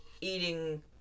eating